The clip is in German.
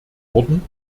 worten